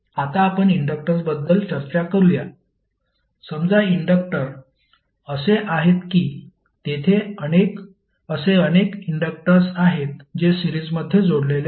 आता आपण इंडक्टर्सबद्दल चर्चा करूया समजा इंडक्टर असे आहेत की तेथे असे अनेक इंडक्टर्स आहेत जे सिरीजमध्ये जोडलेले आहेत